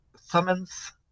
summons